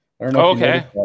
okay